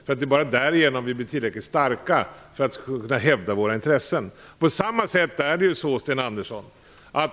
Det är bara därigenom som de blir tillräckligt starka för att kunna hävda sina intressen.